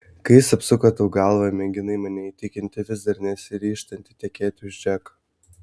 kai jis apsuko tau galvą mėginai mane įtikinti vis dar nesiryžtanti tekėti už džeko